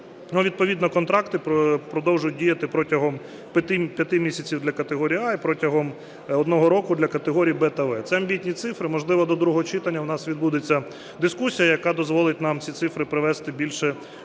відповідно контракти продовжують діяти протягом п'яти місяців – для категорії "А" і протягом одного року – для категорій "Б" та "В". Це амбітні цифри, можливо до другого читання у нас відбудеться дискусія, яка дозволить нам ці цифри привести більше у